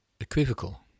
equivocal